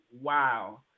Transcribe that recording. wow